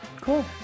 Cool